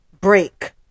break